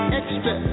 extra